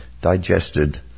digested